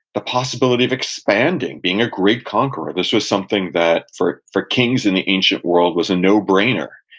the possibility of expanding, being a great conqueror. this was something that, for for kings in the ancient world, was a no-brainer.